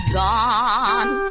gone